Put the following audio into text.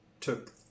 took